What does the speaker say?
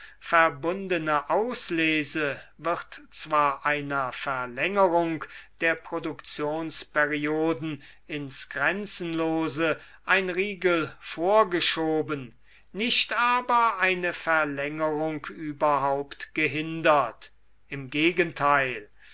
verbundene auslese wird zwar einer verlängerung der produktionsperioden ins grenzenlose ein riegel vorgeschoben nicht aber eine verlängerung überhaupt gehindert im gregenteil